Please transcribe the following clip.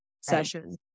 session